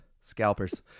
scalpers